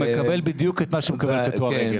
הוא מקבל בדיוק מה שמקבל קטוע רגל.